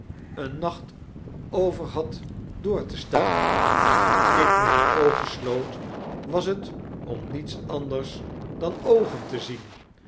een nacht over had door te staan i toen ik myne oogen sloot was het om niets anders dan oogen te zien